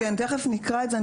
כן, תיכף נקרא את זה.